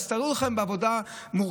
אז תארו לכם בעבודה מורכבת,